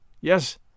Yes